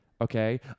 okay